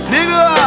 Nigga